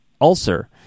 ulcer